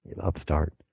upstart